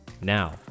Now